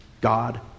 God